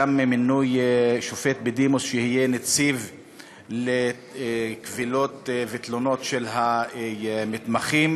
גם מינוי שופט בדימוס שיהיה נציב לקבילות ותלונות של המתמחים,